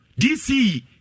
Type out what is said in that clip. DC